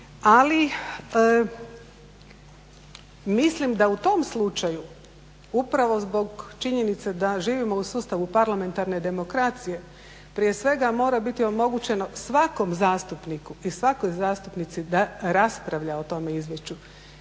Ali mislim da u tom slučaju upravo zbog činjenice da živimo u sustavu parlamentarne demokracije, prije svega mora biti omogućeno svakom zastupniku i svakoj zastupnici da raspravlja o tom izvješću,